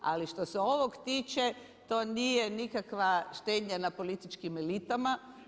Ali što se ovog tiče to nije nikakva štednja na političkim elitama.